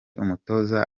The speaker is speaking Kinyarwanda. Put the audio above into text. umutoza